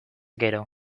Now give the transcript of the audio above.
gero